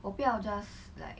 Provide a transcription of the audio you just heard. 我不要 just like